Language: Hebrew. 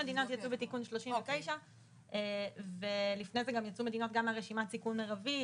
39 ולפני זה גם יצאו מדינות גם מרשימת סיכון מרבי.